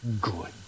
good